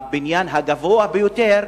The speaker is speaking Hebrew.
הבניין הגבוה ביותר,